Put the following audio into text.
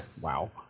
Wow